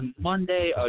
Monday